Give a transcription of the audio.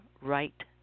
right